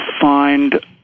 find